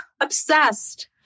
obsessed